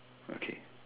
okay